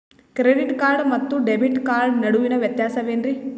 Credit card ಮತ್ತು debit card ನಡುವಿನ ವ್ಯತ್ಯಾಸ ವೇನ್ರೀ?